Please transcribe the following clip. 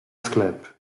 sklep